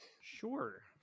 Sure